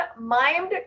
mimed